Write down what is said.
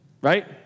right